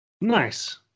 nice